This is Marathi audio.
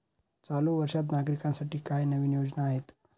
चालू वर्षात नागरिकांसाठी काय नवीन योजना आहेत?